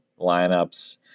lineups